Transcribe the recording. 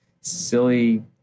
silly